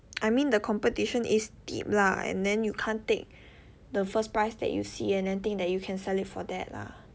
I mean the competition is steep lah and then you can't take the first price that you see and then think that you can sell it for that lah